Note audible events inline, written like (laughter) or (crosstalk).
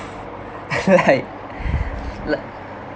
(laughs) like (breath) like